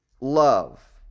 love